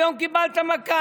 היום קיבלת מכה.